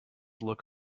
look